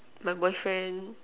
my boyfriend